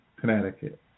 Connecticut